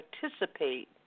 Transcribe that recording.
participate